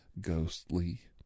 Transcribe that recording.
ghostly